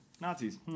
Nazis